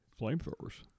Flamethrowers